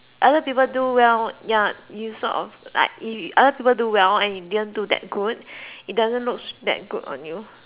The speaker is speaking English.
other people do well ya is not of like other people do well and you did not do that good it does not look that good on you